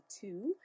two